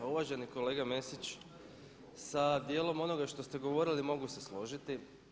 Pa uvaženi kolega Mesić, sa dijelom onoga što ste govorili mogu se složiti.